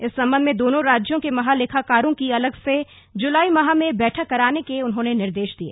इस संबंध में दोनों राज्यों के महालेखाकारों की अलग से जुलाई माह में बैठक कराने के उन्होंने निर्देश दिए